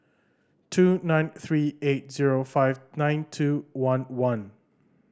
two nine three eight zero five nine two one one